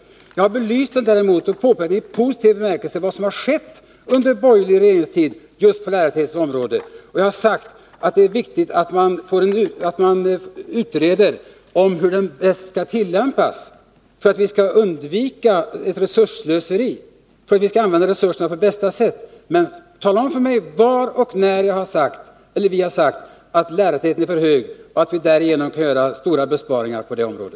Jag påvisade däremot i positiv bemärkelse vad som skett under den borgerliga regeringstiden just på lärartäthetens område. Jag har sagt att det är viktigt att man utreder hur detta bäst skall tillämpas för att vi skall kunna undvika ett resursslöseri och använda resurserna på bästa sätt. Men tala om för mig var och när jag eller vi har sagt att lärartätheten är för hög och att vi därför kan göra stora besparingar på detta område.